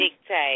Dictate